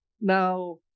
now